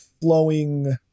flowing